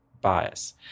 bias